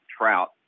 trout